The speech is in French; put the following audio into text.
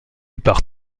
par